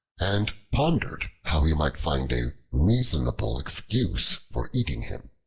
and pondered how he might find a reasonable excuse for eating him.